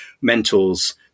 mentors